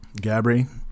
Gabri